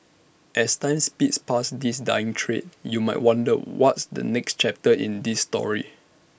as time speeds past this dying trade you might wonder what's the next chapter in this story